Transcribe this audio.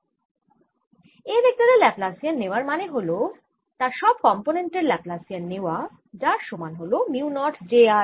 A ভেক্টরের Laplacian নেওয়ার মানে হল তার সব কম্পোনেন্টের ল্যাপ্লাসিয়ান নেওয়া যার সমান হল মিউ নট j r